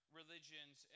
religions